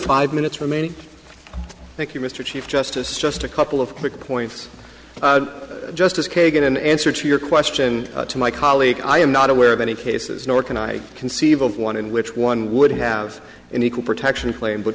five minutes remaining thank you mr chief justice just a couple of quick points justice kagan an answer to your question to my colleague i am not aware of any cases nor can i conceive of one in which one would have an equal protection claim but